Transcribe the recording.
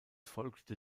folgte